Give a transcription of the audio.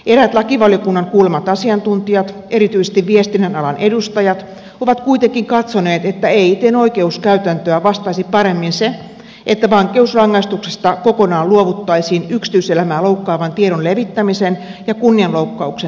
eräät lakivaliokunnan kuulemat asiantuntijat erityisesti viestinnän alan edustajat ovat kuitenkin katsoneet että eitn oikeuskäytäntöä vastaisi paremmin se että vankeusrangaistuksista kokonaan luovuttaisiin yksityiselämää loukkaavan tiedon levittämisen ja kunnianloukkauksen seuraamuksena